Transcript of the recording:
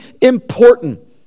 important